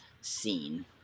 scene